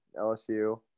LSU